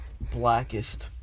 Blackest